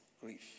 grief